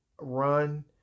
run